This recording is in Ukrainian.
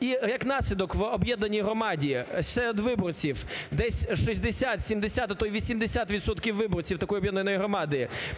і, як наслідок, в об'єднаній громаді серед виборців десь 60-70, а то й 80 відсотків виборців такої об'єднаної громади представляють